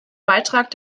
beitrag